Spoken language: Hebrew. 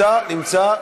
נמצא, נמצא.